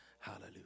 Hallelujah